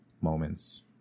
moments